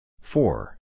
Four